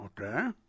Okay